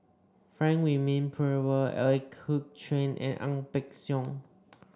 Frank Wilmin Brewer Ooi Kok Chuen and Ang Peng Siong